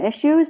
issues